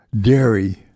dairy